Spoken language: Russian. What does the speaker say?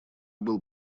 был